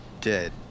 Dead